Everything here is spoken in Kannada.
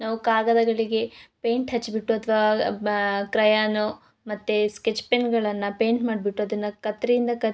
ನಾವು ಕಾಗದಗಳಿಗೆ ಪೇಯಿಂಟ್ ಹಚ್ಬಿಟ್ಟು ಅಥ್ವ ಬಾ ಕ್ರಯಾನ್ ಮತ್ತು ಸ್ಕೆಚ್ ಪೆನ್ಗಳನ್ನು ಪೇಯಿಂಟ್ ಮಾಡ್ಬಿಟ್ಟು ಅದನ್ನು ಕತ್ತರಿಯಿಂದ ಕತ್ತರಿ